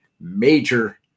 major